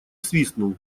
свистнул